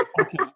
Okay